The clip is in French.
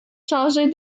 changer